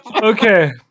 okay